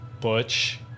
Butch